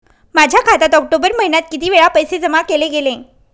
माझ्या खात्यात ऑक्टोबर महिन्यात किती वेळा पैसे जमा केले गेले?